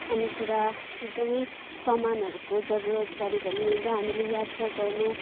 खानेकुरा एकदमै समानहरूको जरुरत पऱ्यो भने हामीले यात्रा गर्न